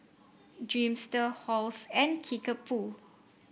Dreamster Halls and Kickapoo